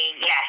Yes